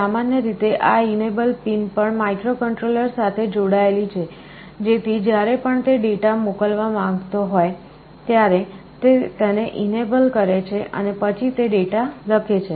સામાન્ય રીતે આ enable પિન પણ માઇક્રોકન્ટ્રોલર સાથે જોડાયેલી છે જેથી જ્યારે પણ તે ડેટા મોકલવા માંગતો હોય ત્યારે તે તેને enable કરે છે અને પછી તે ડેટા લખે છે